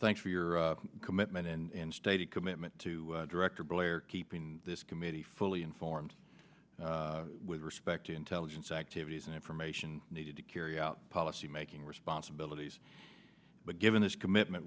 thanks for your commitment and stated commitment to director blair keeping this committee fully informed with respect to intelligence activities and information needed to carry out policymaking responsibilities but given this commitment